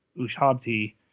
Ushabti